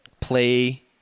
play